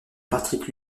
patrick